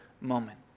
moment